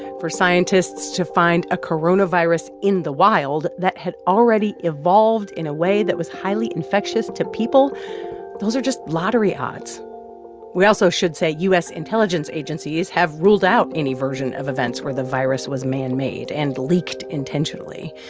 for scientists to find a coronavirus in the wild that had already evolved in a way that was highly infectious to people those are just lottery odds we also should say u s. intelligence agencies have ruled out any version of events where the virus was manmade and leaked intentionally.